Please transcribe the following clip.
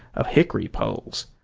of hickory poles,